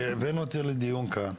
הבאנו את זה לדיון כאן.